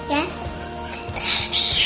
Yes